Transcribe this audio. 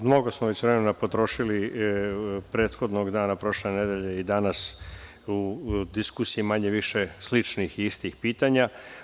Mnogo smo već vremena potrošili prethodnog dana prošle nedelje i danas u diskusijama manje-više sličnih i istih pitanja.